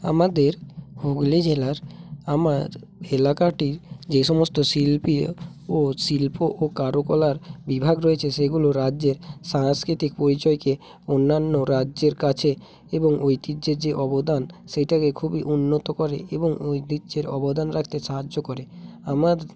আমাদের হুগলি জেলার আমার এলাকাটি যে সমস্ত শিল্পী ও শিল্প ও কারুকলার বিভাগ রয়েছে সেগুলো রাজ্যের সাংস্কৃতিক পরিচয়কে অন্যান্য রাজ্যের কাছে এবং ঐতিহ্যের যে অবদান সেটাকে খুবই উন্নত করে এবং ঐতিহ্যের অবদান রাখতে সাহায্য করে আমার